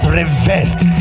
reversed